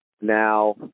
Now